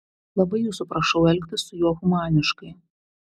labai jūsų prašau elgtis su juo humaniškai